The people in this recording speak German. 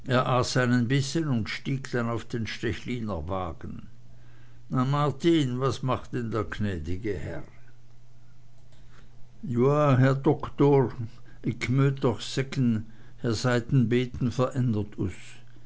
und stieg dann auf den stechliner wagen na martin was macht denn der gnäd'ge herr joa herr doktor ick möt doch seggen he seiht en beten